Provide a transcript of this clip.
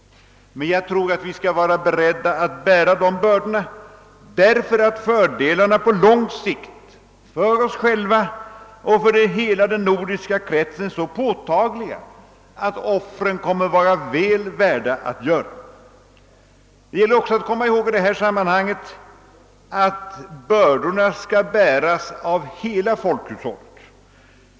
Men jag tror att vi skall vara beredda att bära dessa bördor, därför att fördelarna på lång sikt för oss själva och för hela den nordiska kretsen är så påtagliga att offren kommer att vara väl värda att göras. Man bör också i detta sammanhang komma ihåg att bördorna skall bäras av hela folkhushållet.